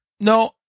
No